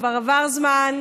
כבר עבר זמן.